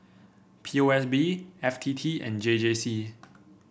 P O S B F T T and J J C